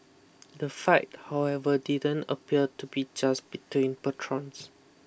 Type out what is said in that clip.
the fight however didn't appear to be just between patrons